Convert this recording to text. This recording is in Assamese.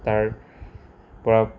তাৰপৰা